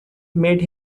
made